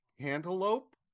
cantaloupe